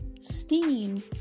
steam